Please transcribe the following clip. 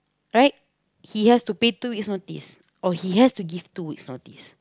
right he has to pay two weeks notice or he have to give two weeks notice